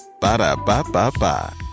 Ba-da-ba-ba-ba